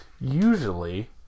Usually